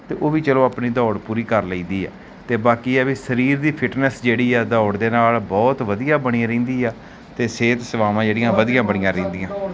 ਅਤੇ ਉਹ ਵੀ ਚੱਲੋ ਆਪਣੀ ਦੌੜ ਪੂਰੀ ਕਰ ਲਈਦੀ ਆ ਅਤੇ ਬਾਕੀ ਹੈ ਵੀ ਸਰੀਰ ਦੀ ਫਿਟਨੈਸ ਜਿਹੜੀ ਹੈ ਦੌੜ ਦੇ ਨਾਲ ਬਹੁਤ ਵਧੀਆ ਬਣੀ ਰਹਿੰਦੀ ਆ ਅਤੇ ਸਿਹਤ ਸੇਵਾਵਾਂ ਜਿਹੜੀਆਂ ਵਧੀਆਂ ਬਣੀਆਂ ਰਹਿੰਦੀਆਂ